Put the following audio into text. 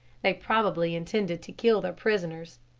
they probably intended to kill their prisoners.